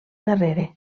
darrere